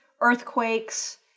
earthquakes